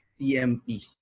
TMP